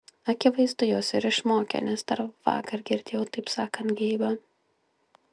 akivaizdu jos ir išmokė nes dar vakar girdėjau taip sakant geibą